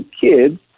kids